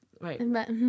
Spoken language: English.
Right